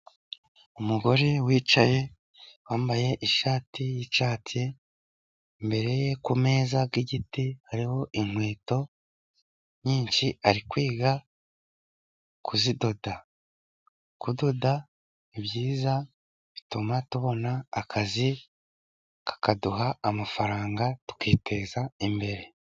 Umugore wicaye, wambaye ishati y'icyatsi, imbere ye ku meza y'igiti hariho inkweto nyinshi, ari kwiga kuzidoda. Kudoda ni byiza, bituma tubona akazi kakaduha amafaranga, tukiteza imbere.